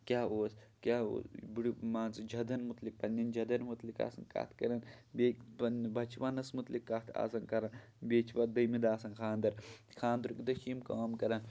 کیاہ اوس کیاہ اوس بٔڑٕ مان ژٕ جدن مُتعلِق پَنٕنٮ۪ن جدن مُتعلِق آسان کَتھ کران بیٚیہِ پَنٕنہِ بَچپنَس مُتعلِق تہِ کَتھ آسان کران بیٚیہِ چھِ پَتہٕ دوٚیمہِ دۄہ آسان خانٛدر خانٛدرٕکۍ دۄہ چھِ یِم کٲم کران